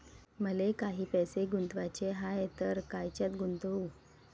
मले काही पैसे गुंतवाचे हाय तर कायच्यात गुंतवू?